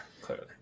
clearly